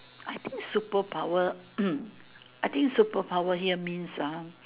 I think superpower I think superpower here means ah